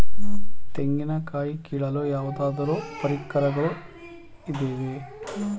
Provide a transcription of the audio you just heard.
ತೆಂಗಿನ ಕಾಯಿ ಕೀಳಲು ಯಾವುದಾದರು ಪರಿಕರಗಳು ಇವೆಯೇ?